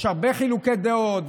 יש הרבה חילוקי דעות,